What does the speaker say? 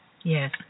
yes